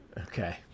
okay